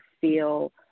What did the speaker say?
feel